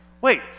wait